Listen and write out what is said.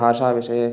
भाषाविषये